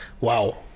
Wow